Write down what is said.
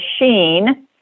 machine